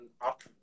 up